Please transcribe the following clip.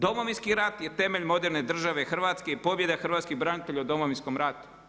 Domovinski rat je temelj moderne države Hrvatske i pobjeda hrvatskih branitelja u Domovinskom ratu.